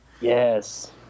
Yes